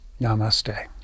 Namaste